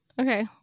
Okay